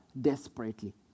desperately